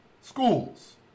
schools